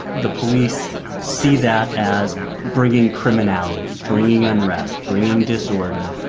the police see that as bringing criminality, bringing unrest, bringing disorder.